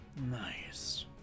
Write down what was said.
nice